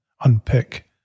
unpick